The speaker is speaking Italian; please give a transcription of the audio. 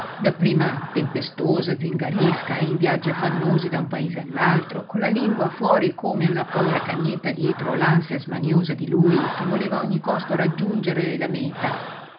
marito dapprima tempestosa zingaresca in viaggi affannosi da un paese all'altro con la lingua fuori come una povera cagnetta dietro l'ansia smaniosa di lui che voleva a ogni costo raggiungere la mèta